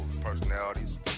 personalities